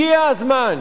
הגיע הזמן